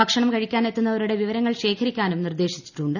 ഭക്ഷണം കഴിക്കാൻ എത്തുന്ന വരുടെ വിവരങ്ങൾ ശേഖരിക്കാനും നിർദ്ദേശിച്ചിട്ടുണ്ട്